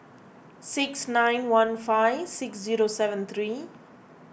six nine one five six zero seven three